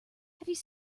have